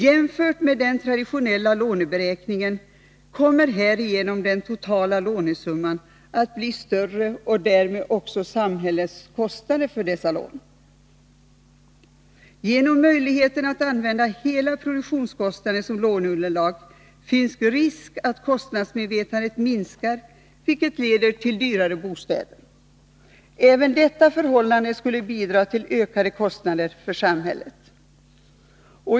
Jämfört med den traditionella låneberäkningen kommer härigenom den totala lånesumman att bli större, liksom därmed också samhällets kostnader för dessa lån. Genom möjligheten att använda hela produktionskostnaden som låneunderlag finns risk att kostnadsmedvetandet minskar, vilket leder till dyrare bostäder. Även detta förhållande skulle bidra till ökade kostnader för samhället.